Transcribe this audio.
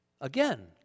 Again